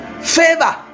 favor